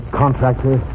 contractor